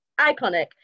iconic